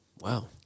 Wow